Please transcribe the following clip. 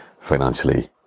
financially